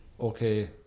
okay